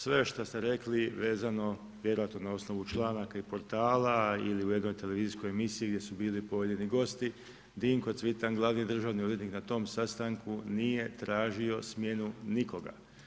Sve što ste rekli vezano, vjerojatno na osnovu članaka i portala ili gledali u televizijskoj emisiji gdje su bili pojedini gosti, Dinko Cvitan glavni državni odvjetnik na tom sastanku nije tražio smjenu nikoga.